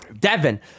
Devin